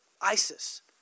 ISIS